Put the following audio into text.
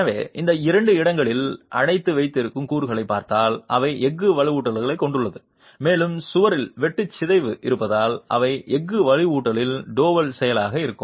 எனவே இந்த இரண்டு இடங்களில் அடைத்து வைத்திருக்கும் கூறுகளைப் பார்த்தால் இவை எஃகு வலுவூட்டலைக் கொண்டுள்ளன மேலும் சுவரில் வெட்டு சிதைவு இருப்பதால் அவை எஃகு வலுவூட்டலின் டோவல் செயலாக இருக்கும்